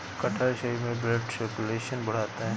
कटहल शरीर में ब्लड सर्कुलेशन बढ़ाता है